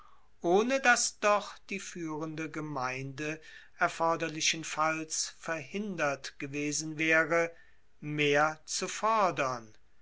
ohne dass doch die fuehrende gemeinde erforderlichenfalls verhindert gewesen waere mehr zu fordern